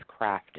crafted